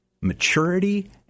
maturity